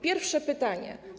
Pierwsze pytanie.